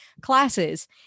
classes